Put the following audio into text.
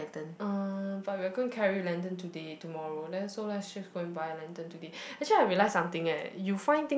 uh but we are going carry lantern today tomorrow then so let's just go and buy lantern today actually I realise something leh you find thing